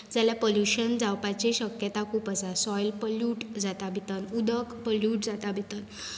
जाल्यार पल्युशन जावपाची शक्यताय खूब आसा सॉयल पल्युट जाता भितर उदक पल्युट जाता भितर